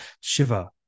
Shiva